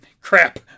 crap